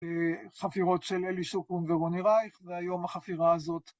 חפירות של אלי שוקרון ורוני רייך, והיום החפירה הזאת.